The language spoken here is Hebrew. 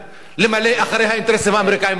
למלא אחרי האינטרסים האמריקניים באזור.